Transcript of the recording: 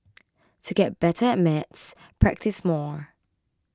to get better at maths practise more